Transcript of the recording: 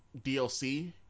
dlc